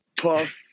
puff